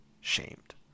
shamed